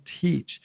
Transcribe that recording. teach